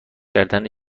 کردن